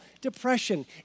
depression